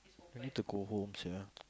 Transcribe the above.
I need to go home sia